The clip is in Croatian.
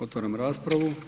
Otvaram raspravu.